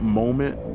moment